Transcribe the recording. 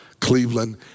Cleveland